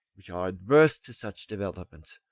which are adverse to such developments.